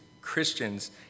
Christians